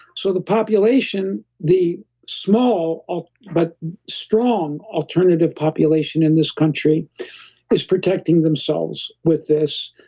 so, the population, the small ah but strong alternative population in this country is protecting themselves with this,